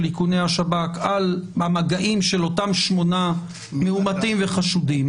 איכוני השב"כ על המגעים של אותם שמונה מאומתים וחשודים.